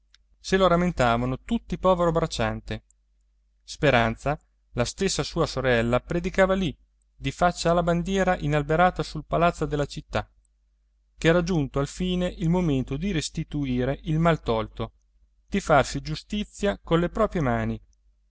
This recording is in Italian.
se lo rammentavano tutti povero bracciante speranza la stessa sua sorella predicava lì di faccia alla bandiera inalberata sul palazzo di città ch'era giunto alfine il momento di restituire il mal tolto di farsi giustizia colle proprie mani